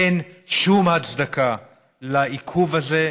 אין שום הצדקה לעיכוב הזה,